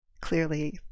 clearly